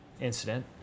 incident